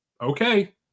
okay